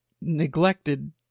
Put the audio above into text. neglected